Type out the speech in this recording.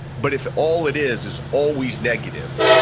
but if all it is, is always negative,